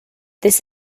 this